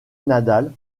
nadal